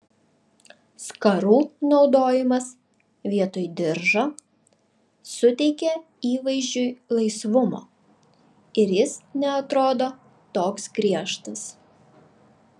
skarų naudojimas vietoj diržo suteikia įvaizdžiui laisvumo ir jis neatrodo toks griežtas